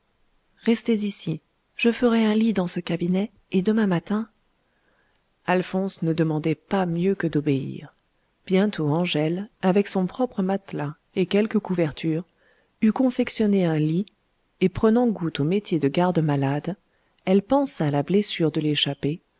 restez ici je ferai un lit dans ce cabinet et demain matin alphonse ne demandait pas mieux que d'obéir bientôt angèle avec son propre matelas et quelques couvertures eut confectionné un lit et prenant goût au métier de garde-malade elle pansa la blessure de l'échappé